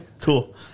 Cool